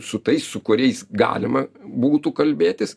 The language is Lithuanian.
su tais su kuriais galima būtų kalbėtis